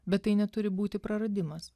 bet tai neturi būti praradimas